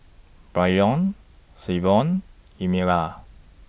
Braylon Savon Emelia